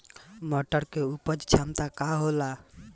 मटर के उपज क्षमता का होला?